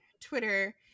Twitter